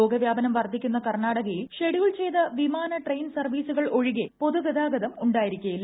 രോഗവ്യാപനം വർധിക്കുന്ന കർണാടകയിൽ ഷെഡ്യൂൾ ചെയ്ത വിമാന ട്രെയിൻ സർവീസുകൾ ഒഴികെ പൊതുഗതാഗതം ഉണ്ടായിരിക്കില്ല